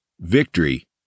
Victory